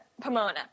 Pomona